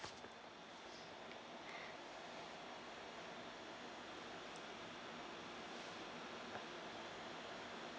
mm